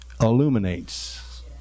illuminates